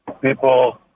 People